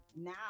now